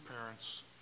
parents